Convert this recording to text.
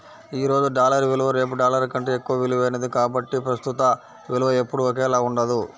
ఈ రోజు డాలర్ విలువ రేపు డాలర్ కంటే ఎక్కువ విలువైనది కాబట్టి ప్రస్తుత విలువ ఎప్పుడూ ఒకేలా ఉండదు